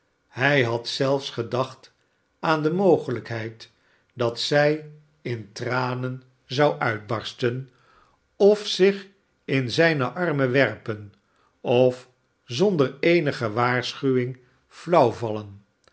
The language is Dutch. hij had zelfs gedacht aan de mogelijkheid dat zij jn tranen zou uitbarsten of zich in zijne armen werpen of zonder eenige waarschuwing